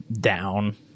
down